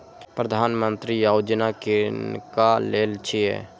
प्रधानमंत्री यौजना किनका लेल छिए?